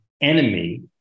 enemy